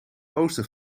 oosten